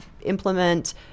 implement